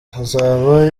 hazaba